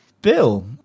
Bill